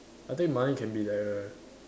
I think Malek can be like a